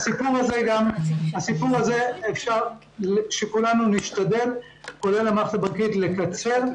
כולנו נשתדל, כולל המערכת הבנקאית, לקצר.